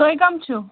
تُہۍ کَم چھُو